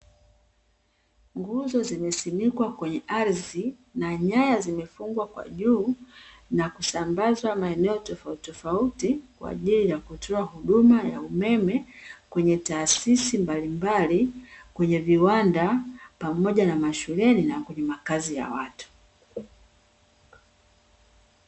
Nguzo zimesimikwa kwenye ardhi, na nyanya zimefungwa kwa juu, na kusambazwa maeneo tofautitofauti, kwaajili ya kutoa huduma ya umeme kwenye taasisi mbalimbali, kwenye viwanda pamoja na mashuleni na kwenye makazi ya watu.